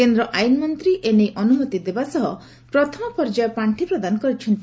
କେନ୍ଦ୍ର ଆଇନମନ୍ତ୍ରୀ ଏ ନେଇ ଅନୁମତି ଦେବା ସହ ପ୍ରଥମ ପର୍ଯ୍ୟାୟ ପାର୍ଷି ପ୍ରଦାନ କରିଛନ୍ତି